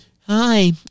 Hi